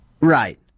Right